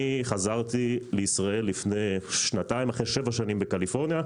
אני חזרתי לישראל לפני שנתיים אחרי שבע שנים בקליפורניה.